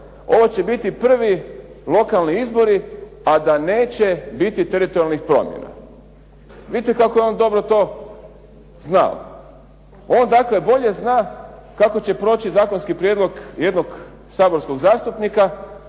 ovo će biti prvi lokalni izbori a da neće biti teritorijalnih promjena. Vidite kao je on to dobro znao. On dakle bolje zna kako će proći zakonsko prijedlog jednog saborskog zastupnika